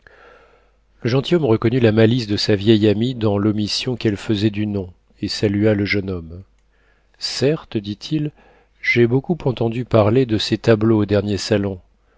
gentilhomme reconnut la malice de sa vieille amie dans l'omission qu'elle faisait du nom et salua le jeune homme certes dit-il j'ai beaucoup entendu parler de ses tableaux au dernier salon